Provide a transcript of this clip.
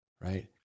right